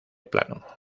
plano